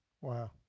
wow